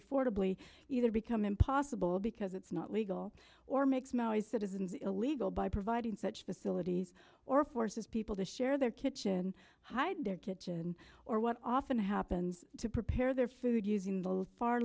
affordably either become impossible because it's not legal or makes maui citizens illegal by providing such facilities or forces people to share their kitchen hide their kitchen or what often happens to prepare their food using